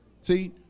See